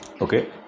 okay